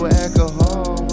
alcohol